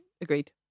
Agreed